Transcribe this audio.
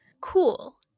cool